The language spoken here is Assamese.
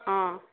অঁ